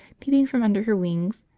peeping from under her wings,